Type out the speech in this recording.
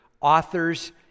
Author's